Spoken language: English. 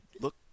look